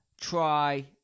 try